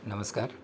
नमस्कार